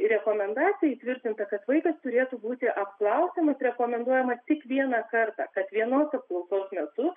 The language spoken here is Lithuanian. rekomendacija įtvirtinta kad vaikas turėtų būti apklausiamas rekomenduojama tik vieną kartą kad vienos apklausos metu